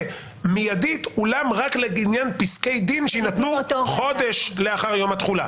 מיידית אולם רק לעניין פסקי דין שיינתנו חודש לאחר יום התחולה.